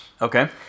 Okay